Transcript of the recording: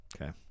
Okay